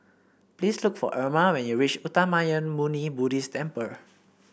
please look for Irma when you reach Uttamayanmuni Buddhist Temple